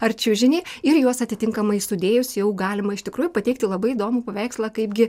ar čiužinį ir juos atitinkamai sudėjus jau galima iš tikrųjų pateikti labai įdomų paveikslą kaipgi